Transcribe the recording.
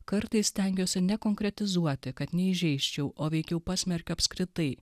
kartais stengiuosi ne konkretizuoti kad neįžeisčiau o veikiau pasmerkiu apskritai